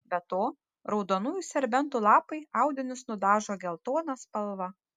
be to raudonųjų serbentų lapai audinius nudažo geltona spalva